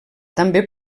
també